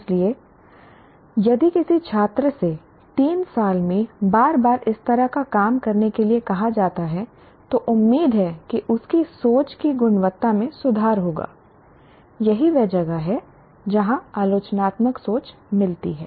इसलिए यदि किसी छात्र से 3 साल में बार बार इस तरह का काम करने के लिए कहा जाता है तो उम्मीद है कि उसकी सोच की गुणवत्ता में सुधार होगा यही वह जगह है जहाँ आलोचनात्मक सोच मिलती है